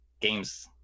games